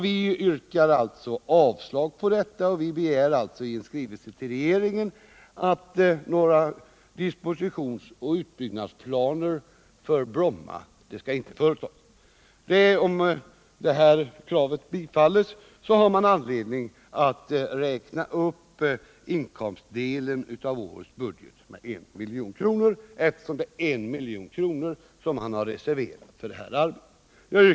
Vi yrkar alltså avslag på detta och vill att riksdagen i en skrivelse till regeringen skall begära att några dispositionsoch utbyggnadsplaner för Bromma inte skall utarbetas. Om vårt krav bifalls finns det anledning att räkna upp inkomstsidan av årets budget med 1 milj.kr., eftersom 1 milj.kr. har reserverats för det arbetet.